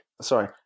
sorry